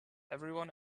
everyone